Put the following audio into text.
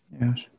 Yes